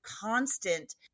constant